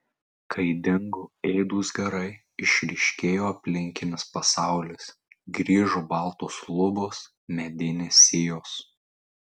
kai dingo ėdūs garai išryškėjo aplinkinis pasaulis grįžo baltos lubos medinės sijos